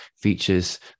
features